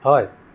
হয়